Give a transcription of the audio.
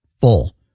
full